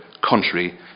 contrary